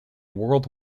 world